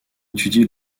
étudié